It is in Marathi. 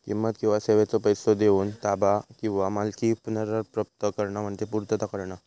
किंमत किंवा सेवेचो पैसो देऊन ताबा किंवा मालकी पुनर्प्राप्त करणा म्हणजे पूर्तता करणा